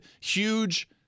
huge